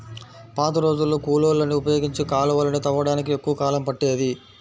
పాతరోజుల్లో కూలోళ్ళని ఉపయోగించి కాలవలని తవ్వడానికి ఎక్కువ కాలం పట్టేది